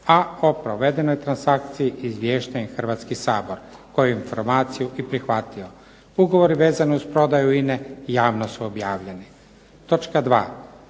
a o provedenoj transakciji izviješten je Hrvatski sabor koji je informaciju i prihvatio. Ugovori vezani uz prodaju INA-e javno su objavljeni.